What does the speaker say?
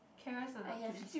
carrots are not to be see